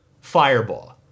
fireball